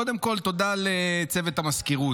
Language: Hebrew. קודם כול, תודה לצוות המזכירות,